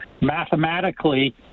Mathematically